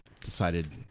decided